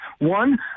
one